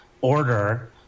order